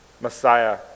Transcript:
Messiah